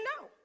no